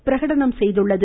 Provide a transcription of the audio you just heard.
பிரகடனம் செய்தது